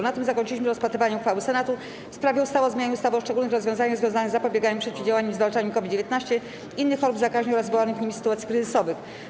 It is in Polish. Na tym zakończyliśmy rozpatrywanie uchwały Senatu w sprawie ustawy o zmianie ustawy o szczególnych rozwiązaniach związanych z zapobieganiem, przeciwdziałaniem i zwalczaniem COVID-19, innych chorób zakaźnych oraz wywołanych nimi sytuacji kryzysowych.